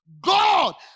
God